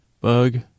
Bug